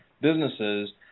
businesses